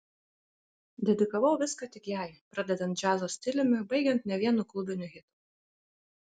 dedikavau viską tik jai pradedant džiazo stiliumi baigiant ne vienu klubiniu hitu